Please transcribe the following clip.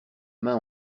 main